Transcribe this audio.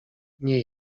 nie